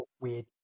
Weird